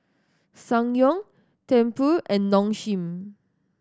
Ssangyong Tempur and Nong Shim